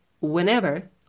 whenever